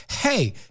hey